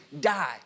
die